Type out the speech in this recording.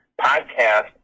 podcast